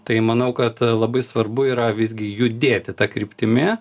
tai manau kad labai svarbu yra visgi judėti ta kryptimi